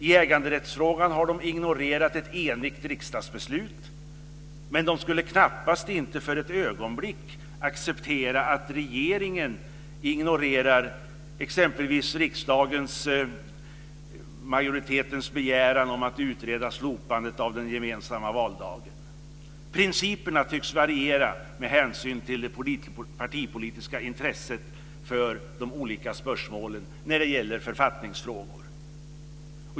I äganderättsfrågan har de ignorerat ett enigt riksdagsbeslut, men de skulle knappast för ett ögonblick acceptera att regeringen ignorerar exempelvis riksdagsmajoritetens begäran om att utreda slopandet av den gemensamma valdagen. Principerna tycks variera med hänsyn till det partipolitiska intresset för de olika spörsmålen när det gäller författningsfrågor.